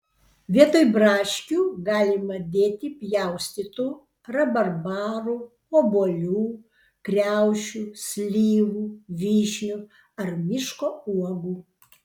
vietoj braškių galima dėti pjaustytų rabarbarų obuolių kriaušių slyvų vyšnių ar miško uogų